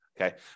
Okay